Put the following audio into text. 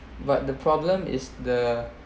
but the problem is the